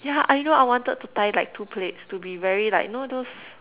ya I know I wanted to tie like two plaits to be very like know those